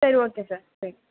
சரி okay sir